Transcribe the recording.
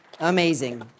Amazing